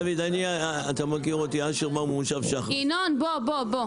אתה מכיר אותי, אשר ממן, אני מגדל